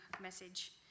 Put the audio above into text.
message